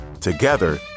Together